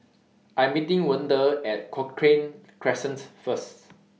I Am meeting Wende At Cochrane Crescent First